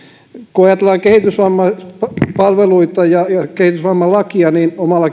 kun ajatellaan kehitysvammaispalveluita ja ja kehitysvammalakia niin omalla